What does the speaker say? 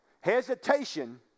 Hesitation